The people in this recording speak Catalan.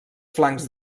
flancs